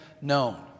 known